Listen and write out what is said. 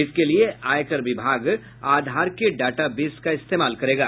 इसके लिए आयकर विभाग आधार के डाटा बेस का इस्तेमाल करेगा